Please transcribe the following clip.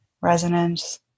resonance